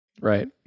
Right